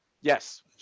yes